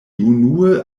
unue